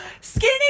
skinny